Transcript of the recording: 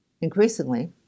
Increasingly